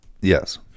Yes